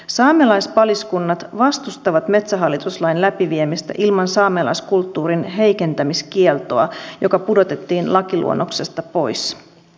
saamelaispaliskunnat vastustavat metsähallitus lain läpiviemistä ilman saamelaiskulttuurin heikentämiskieltoa joka pudotettiin lakiluonnoksesta pois